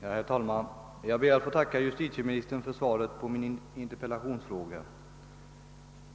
Herr talman! Jag ber att få tacka justitieministern för svaret på min interpellation.